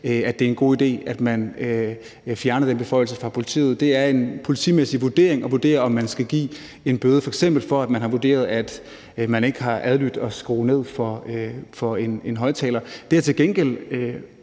det er en god idé, at man fjerner den beføjelse fra politiet. Det er en politimæssig vurdering at vurdere, om man skal give en bøde, f.eks. hvis man har vurderet, at nogen ikke har adlydt en påtale om at skrue ned for en højtaler. Det, jeg til gengæld